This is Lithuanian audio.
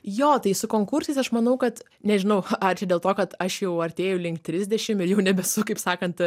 jo tai su konkursais aš manau kad nežinau ar čia dėl to kad aš jau artėju link trisdešim ir jau nebesu kaip sakant